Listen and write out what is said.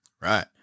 Right